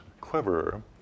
cleverer